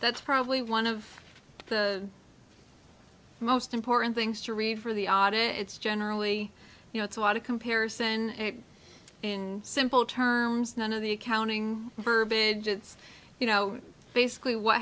that's probably one of the most important things to read for the audit it's generally you know it's a lot of comparison in simple terms none of the accounting you know basically what